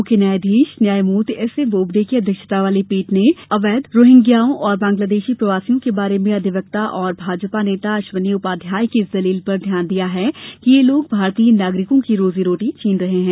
मुख्य न्यायाधीश न्यायमूर्ति एस ए बोबडे की अध्यक्षता वाली पीठ ने अवैध रोहिग्याओं और बांग्लादेशी प्रवासियों के बारे में अधिवक्ता और भाजपा नेता अश्विनी उपाध्याय की इस दलील पर ध्यान दिया कि ये लोग भारतीय नागरिकों की रोजी रोटी छीन रहे हैं